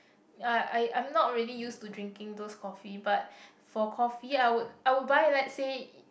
I I I'm not really used to drinking those coffee but for coffee I would I would buy let's say